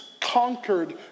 conquered